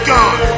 God